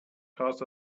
cast